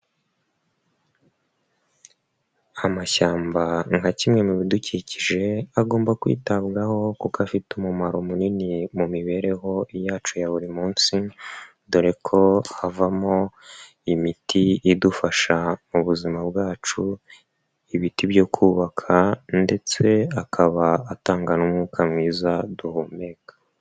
Amashyamba nka kimwe mu bidukikije, agomba kwitabwaho kuko afite umumamaro munini mu mibereho yacu ya buri munsi, dore ko avamo imiti idufasha mu buzima bwacu, ibiti byo kubaka ndetse aka atanga n'umwuka mwiza duhumeka.